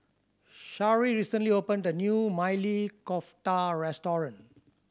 Shari recently opened a new Maili Kofta Restaurant